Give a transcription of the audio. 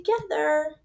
together